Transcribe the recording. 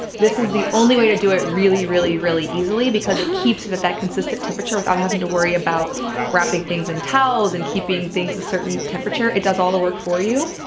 this is the only way to do it really, really, really easily because it keeps it at that consistent temperature without having to worry about wrapping things in towels and keeping things a certain temperature it does all the work for you.